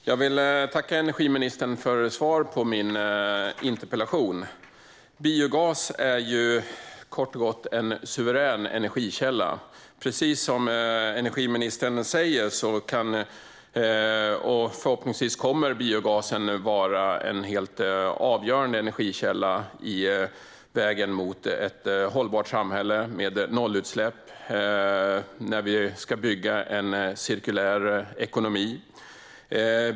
Fru talman! Jag tackar energiministern för svaret på min interpellation. Biogas är kort och gott en suverän energikälla, och precis som energiministern säger kommer biogasen förhoppningsvis att vara en helt avgörande energikälla på vägen mot ett hållbart samhälle med nollutsläpp när vi ska bygga en cirkulär ekonomi.